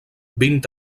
vint